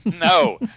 No